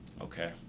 okay